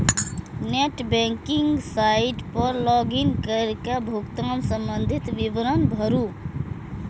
net banking site पर log in कैर के भुगतान संबंधी विवरण भरू